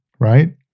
right